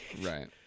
right